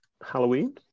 Halloween